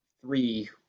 three